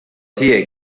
tiegħi